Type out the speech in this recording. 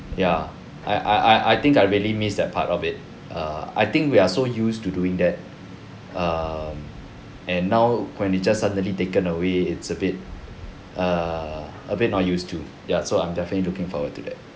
ya I I I I think I really miss that part of it err I think we are so used to doing that um and now when it just suddenly taken away it's a bit err a bit not used to ya so I'm definitely looking forward to that